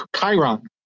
chiron